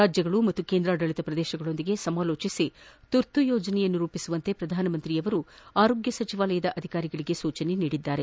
ರಾಜ್ಯಗಳು ಮತ್ತು ಕೇಂದ್ರಾಡಳಿತ ಪ್ರದೇಶಗಳೊಂದಿಗೆ ಸಮಾಲೋಚಿಸಿ ತುರ್ತು ಯೋಜನೆಯನ್ನು ರೂಪಿಸುವಂತೆ ಪ್ರಧಾನಮಂತ್ರಿಯವರು ಆರೋಗ್ಯ ಸಚಿವಾಲಯದ ಅಧಿಕಾರಿಗಳಿಗೆ ಸೂಚಿಸಿದರು